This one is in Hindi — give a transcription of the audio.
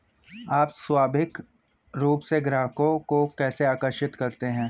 आप स्वाभाविक रूप से ग्राहकों को कैसे आकर्षित करते हैं?